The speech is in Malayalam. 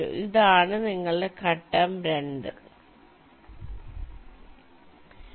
അതിനാൽ ഇത് നിങ്ങളുടെ ഘട്ടം 2 ആണ്